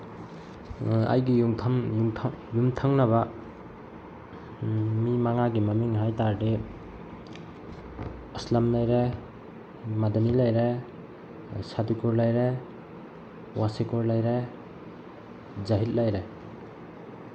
ꯑꯩꯒꯤ ꯌꯨꯝꯊꯪꯅꯕ ꯃꯤ ꯃꯉꯥꯒꯤ ꯃꯃꯤꯡ ꯍꯥꯏ ꯇꯥꯔꯗꯤ ꯑꯁꯂꯝ ꯂꯩꯔꯦ ꯃꯗꯃꯤ ꯂꯩꯔꯦ ꯁꯥꯇꯤꯀꯨꯔ ꯂꯩꯔꯦ ꯋꯥꯁꯤꯀꯨꯔ ꯂꯩꯔꯦ ꯖꯥꯍꯤꯠ ꯂꯩꯔꯦ